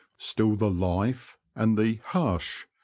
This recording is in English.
still the life, and the hush,